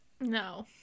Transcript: no